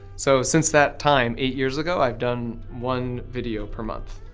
so, since that time, eight years ago, i've done one video per month.